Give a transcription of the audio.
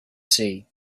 see